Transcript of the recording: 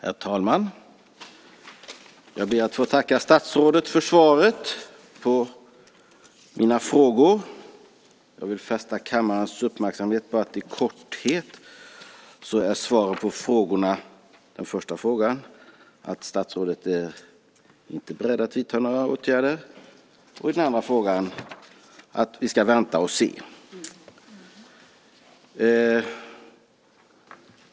Herr talman! Jag ber att få tacka statsrådet för svaret på mina frågor och vill fästa kammarens uppmärksamhet på att i korthet är svaret på den första frågan att statsrådet inte är beredd att vidta några åtgärder och på den andra frågan att vi ska vänta och se.